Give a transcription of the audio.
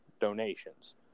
donations